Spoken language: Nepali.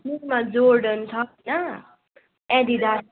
मेरोमा जोर्डन छ होइन एडिडास